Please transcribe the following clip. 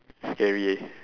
scary eh